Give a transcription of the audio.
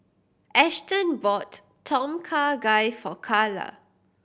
Ashton bought Tom Kha Gai for Kala